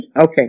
Okay